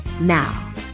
Now